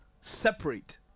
separate